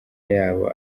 yabo